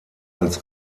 als